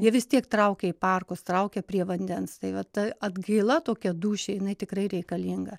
jie vis tiek traukia į parkus traukia prie vandens tai va ta atgaila tokia dūšiai jinai tikrai reikalinga